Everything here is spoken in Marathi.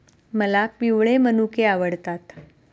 मला पिवळे मनुके आवडतात